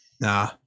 nah